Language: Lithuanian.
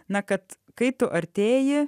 na kad kai tu artėji